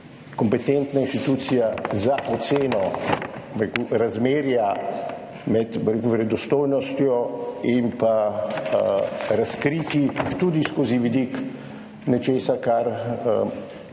kompetentna inštitucija za oceno razmerja med, bi rekel, verodostojnostjo in razkritji tudi skozi vidik nečesa, kar